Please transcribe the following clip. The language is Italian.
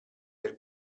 per